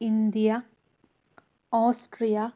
India Austria